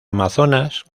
amazonas